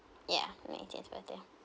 ya my eighteenth birthday